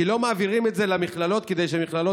כי לא מעבירים את זה למכללות כדי שהמכללות